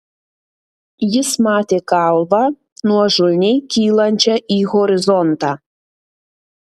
jis matė kalvą nuožulniai kylančią į horizontą